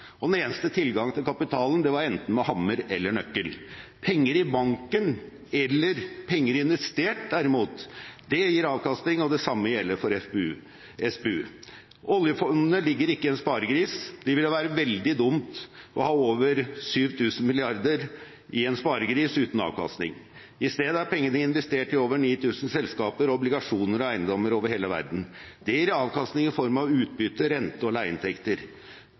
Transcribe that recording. grisen. Den eneste tilgangen på kapitalen var enten med hammer eller med nøkkel. Penger i banken eller penger investert, derimot, gir avkastning, og det samme gjelder for SPU. Oljefondet ligger ikke i en sparegris. Det ville være veldig dumt å ha over 7 000 mrd. kr i en sparegris uten avkastning. I stedet er pengene investert i over 9 000 selskaper, obligasjoner og eiendommer over hele verden. Det gir avkastning i form av utbytte, rente- og leieinntekter.